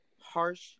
harsh